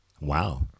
wow